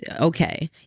Okay